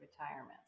retirement